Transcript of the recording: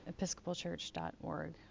episcopalchurch.org